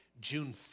June